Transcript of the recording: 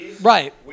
Right